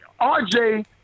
RJ